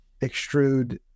extrude